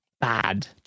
bad